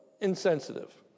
insensitive